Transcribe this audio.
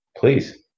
Please